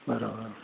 बराबरि